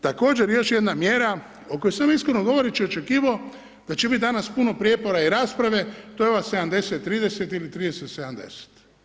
Također, još jedna mjera o kojoj sam, iskreno govoreći očekivao, da će biti danas puno prijepora i rasprave, to je ova 70-30 ili 30-70.